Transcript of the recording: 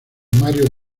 mario